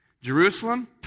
Jerusalem